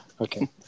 okay